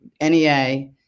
NEA